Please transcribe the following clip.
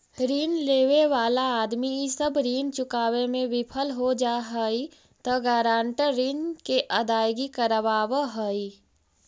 ऋण लेवे वाला आदमी इ सब ऋण चुकावे में विफल हो जा हई त गारंटर ऋण के अदायगी करवावऽ हई